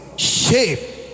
Shape